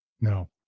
No